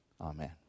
Amen